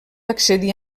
accedir